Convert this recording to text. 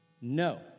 No